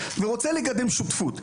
ורוצה לקדם שותפות,